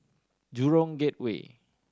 Gateway